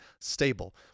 stable